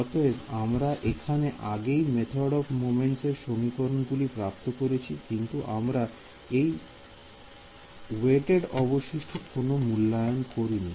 অতএব আমরা এখানে আগেই মেথড অফ মোমেন্টস সমীকরণ গুলি প্রাপ্ত করেছি কিন্তু আমরা এই ওয়েটেড অবশিষ্টর কোন মূল্যায়ন করিনি